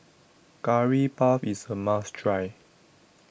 Curry Puff IS A must Try